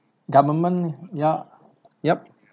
government ya yup